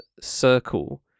circle